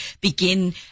begin